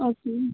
okay